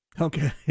Okay